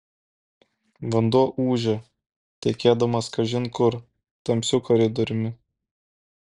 vanduo ūžė tekėdamas kažin kur tamsiu koridoriumi